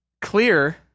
clear